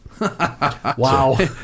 Wow